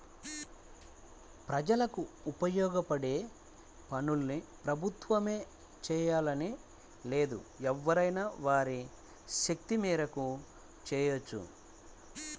ప్రజలకు ఉపయోగపడే పనుల్ని ప్రభుత్వమే జెయ్యాలని లేదు ఎవరైనా వారి శక్తి మేరకు చెయ్యొచ్చు